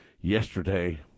yesterday